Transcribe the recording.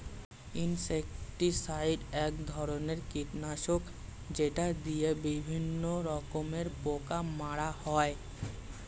insecticide এক ধরনের কীটনাশক যেটা দিয়ে বিভিন্ন রকমের পোকা মারা হয়